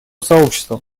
сообществом